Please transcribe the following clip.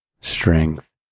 strength